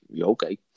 okay